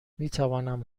میتوانم